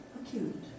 acute